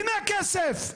הנה הכסף.